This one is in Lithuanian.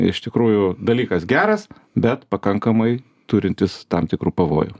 iš tikrųjų dalykas geras bet pakankamai turintis tam tikrų pavojų